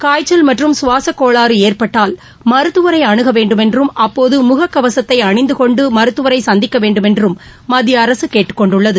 காய்ச்சல் மற்றும் குவாசக் கோளாறு ஏற்பட்டால் மருத்துவரை அனுக வேண்டும் என்றும் அப்போது முகக்கவசத்தை அணிந்து கொண்டு மருத்துவரை சந்திக்க வேண்டுமென்றும் மத்திய அரசு கேட்டுக் கொண்டுள்ளது